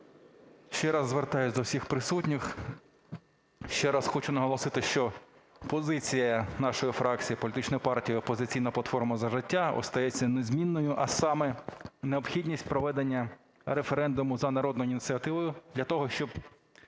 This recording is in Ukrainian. ще раз звертаюсь до всіх присутніх, ще раз хочу наголосити, що позиція нашої фракції політичної партії "Опозиційна платформа – За життя" остається незмінною, а саме: необхідність проведення референдуму за народною ініціативою для того, щоб